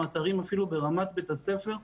או אפילו אתרים ברמת בית הספר,